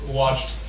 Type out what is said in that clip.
watched